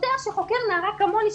שוטר שחוקר נערה כמוני,